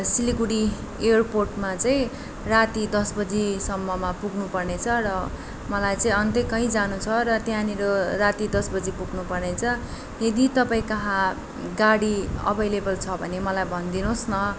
सिलगढी एयरपोर्टमा चाहिँ राति दस बजीसम्ममा पुग्नु पर्नेछ र मलाई चाहिँ अन्त्य कहीँ जानु छ र त्यहाँनिर राति दस बजी पुग्नु पर्नेछ यदि तपाईँ कहाँ गाडी अभाइलेबल छ भने मलाई भनिदिनुहोस् न